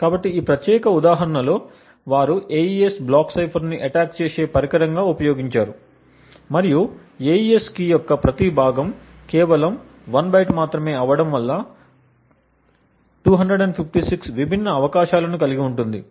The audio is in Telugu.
కాబట్టి ఈ ప్రత్యేక ఉదాహరణలో వారు AES బ్లాక్ సైఫర్ని అటాక్ చేసే పరికరంగా ఉపయోగించారు మరియు AES కీ యొక్క ప్రతి భాగం కేవలం 1 బైట్ మాత్రమే అవటంవల్ల 256 విభిన్న అవకాశాలను కలిగి ఉంటుంది